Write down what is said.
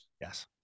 Yes